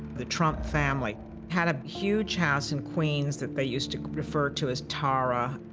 the trump family had a huge house in queens that they used to refer to as tara.